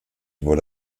wurde